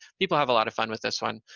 people have a lot of fun with this one,